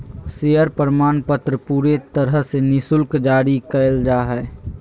share प्रमाणपत्र पूरे तरह से निःशुल्क जारी कइल जा हइ